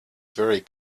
very